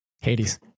Hades